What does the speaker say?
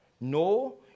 No